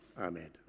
Amen